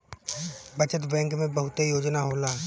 बचत बैंक में बहुते योजना होला